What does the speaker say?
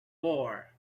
four